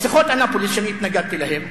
בשיחות אנאפוליס, שאני התנגדתי להן,